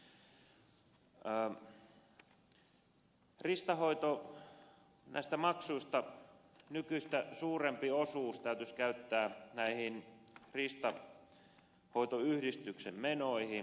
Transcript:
riistanhoitomaksuista nykyistä suurempi osuus täytyisi käyttää riistanhoitoyhdistysten menoihin